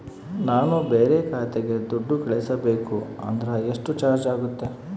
ನಾನು ಬೇರೆ ಖಾತೆಗೆ ದುಡ್ಡು ಕಳಿಸಬೇಕು ಅಂದ್ರ ಎಷ್ಟು ಚಾರ್ಜ್ ಆಗುತ್ತೆ?